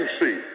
see